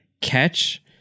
catch